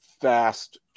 fast